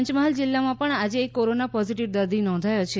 પંચમહાલ જીલ્લામાં પણ આજે એક કોરોના પોઝીટીવ દર્દી નોંધાયો છે